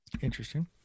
Interesting